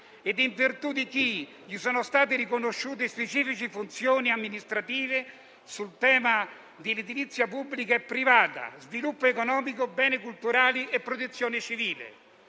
In virtù di ciò, le sono state riconosciute specifiche funzioni amministrative sul tema dell'edilizia pubblica e privata, dello sviluppo economico, dei beni culturali e della protezione civile.